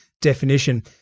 definition